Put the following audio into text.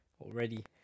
Already